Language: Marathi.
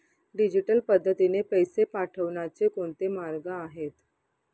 डिजिटल पद्धतीने पैसे पाठवण्याचे कोणते मार्ग आहेत?